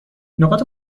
نقاط